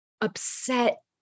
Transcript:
upset